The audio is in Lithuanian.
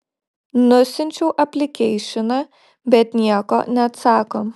nusiunčiau aplikeišiną bet nieko neatsako